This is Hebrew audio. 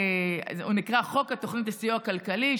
הוא נקרא חוק התוכנית לסיוע כלכלי,